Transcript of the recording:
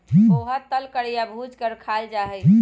पोहा तल कर या भूज कर खाल जा हई